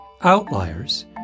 Outliers